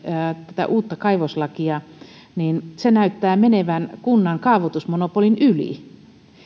tämä uusi kaivoslaki näyttää menevän kunnan kaavoitusmonopolin yli